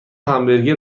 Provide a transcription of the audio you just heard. همبرگر